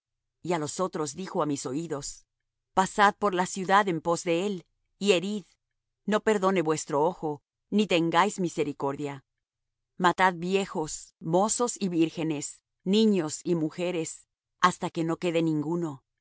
los otros dijo á mis oídos pasad por la ciudad en pos de él y herid no perdone vuestro ojo ni tengáis misericordia matad viejos mozos y vírgenes niños y mujeres hasta que no quede ninguno